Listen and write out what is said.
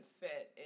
fit